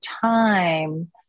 time